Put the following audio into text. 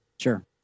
Sure